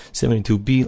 72b